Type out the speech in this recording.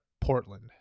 Portland